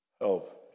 Help